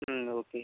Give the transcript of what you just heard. okay